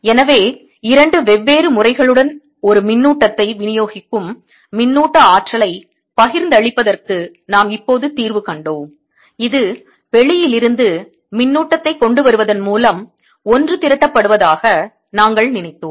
எனவே இரண்டு வெவ்வேறு முறைகளுடன் ஒரு மின்னூட்டத்தை விநியோகிக்கும் மின்னூட்ட ஆற்றலைப் பகிர்ந்தளிப்பதற்கு நாம் இப்போது தீர்வு கண்டோம் இது வெளியிலிருந்து மின்னூட்டத்தைக் கொண்டு வருவதன் மூலம் ஒன்று திரட்டப்படுவதாக நாங்கள் நினைத்தோம்